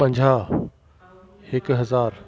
पंजाहु हिक हज़ारु